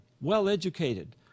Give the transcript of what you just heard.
well-educated